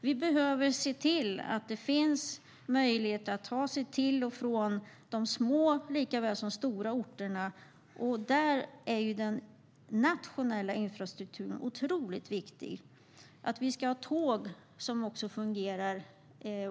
Vi behöver se till att det finns möjlighet att ta sig till och från de små orterna likaväl som de stora, och då är den nationella infrastrukturen otroligt viktig. Vi ska ha också tåg som fungerar.